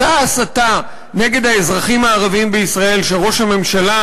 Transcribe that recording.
מסע ההסתה נגד האזרחים הערבים בישראל שראש הממשלה